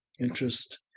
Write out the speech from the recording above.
interest